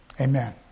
Amen